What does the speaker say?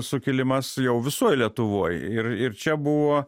sukilimas jau visoj lietuvoj ir ir čia buvo